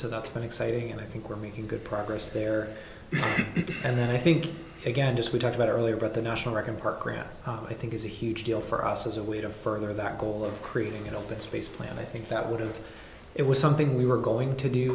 been exciting and i think we're making good progress there and then i think again just we talked about earlier but the national reckon program i think is a huge deal for us as a way to further that goal of creating an open space plan i think that would if it was something we were going to do